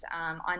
on